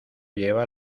lleva